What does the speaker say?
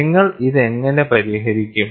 നിങ്ങൾ ഇത് എങ്ങനെ പരിഹരിക്കും